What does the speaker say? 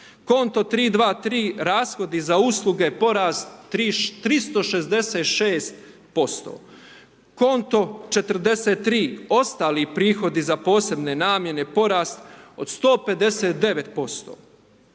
Konto 323 rashodi za usluge porast 366%. Konto 43, ostali prihodi za posebne namjene, porast od 159%.